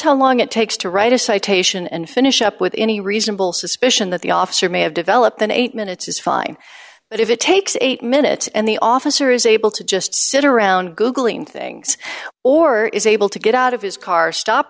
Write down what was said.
how long it takes to write a citation and finish up with any reasonable suspicion that the officer may have developed than eight minutes is fine but if it takes eight minutes and the officer is able to just sit around googling things or is able to get out of his car stop